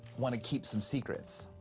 wanna keep some secrets.